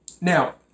Now